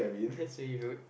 that's very rude